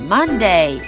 Monday